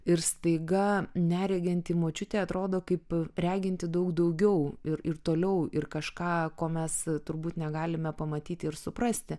ir staiga nereginti močiutė atrodo kaip reginti daug daugiau ir ir toliau ir kažką ko mes turbūt negalime pamatyti ir suprasti